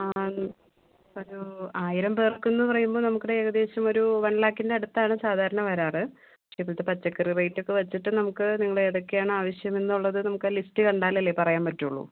പറഞ്ഞോളു ആയിരം പേർക്കെന്ന് പറയുമ്പോൾ നമുക്കൊരേകദേശമൊരു വൺ ലാക്കിൻ്റടുത്താണ് സാധാരണ വരാറ് പക്ഷേ ഇപ്പോഴത്തെ പച്ചക്കറി റേറ്റൊക്കെ വെച്ചിട്ട് നമുക്ക് നിങ്ങളേതൊക്കെയാണ് ആവശ്യം എന്നുള്ളത് നമുക്കാ ലിസ്റ്റ് കണ്ടാലല്ലേ പറയാൻ പറ്റുവൊള്ളു